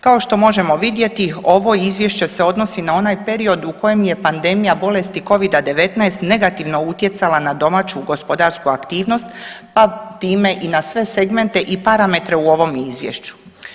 Kao što možemo vidjeti ovo izvješće se odnosi na onaj period u kojem je pandemija bolesti covida-19 negativno utjecala na domaću gospodarsku aktivnost pa time i na sve segmente i parametre u ovom izvješću.